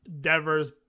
Devers